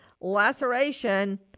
laceration